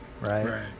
Right